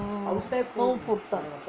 home food தான்:thaan